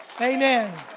Amen